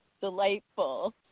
Delightful